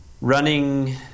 running